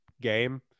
game